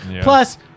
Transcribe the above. plus